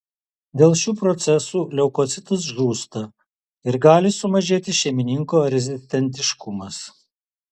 dėl šių procesų leukocitas žūsta ir gali sumažėti šeimininko rezistentiškumas